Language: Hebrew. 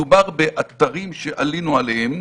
מדובר באתרים שעלינו עליהם,